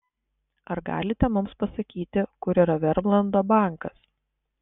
ar galite mums pasakyti kur yra vermlando bankas